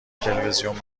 تلویزیون